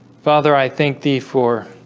father i think thee for